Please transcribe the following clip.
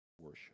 worship